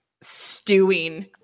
stewing